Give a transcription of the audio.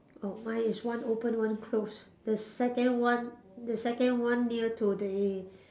oh mine is one open one close the second one the second one near to the